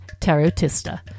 tarotista